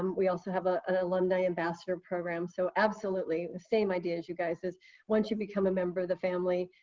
um we also have ah an alumni ambassador program. so absolutely the same idea as you guys is once you become a member of the family,